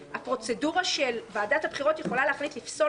הפרוצדורה של ועדת הבחירות היא יכולה להחליט לפסול